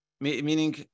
meaning